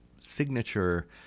signature